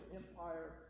empire